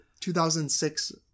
2006